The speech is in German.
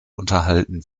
unterhalten